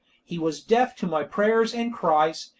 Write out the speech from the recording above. he was deaf to my prayers and cries,